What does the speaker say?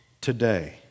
today